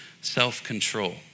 self-control